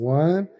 one